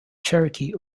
cherokee